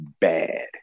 bad